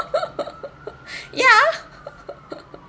ya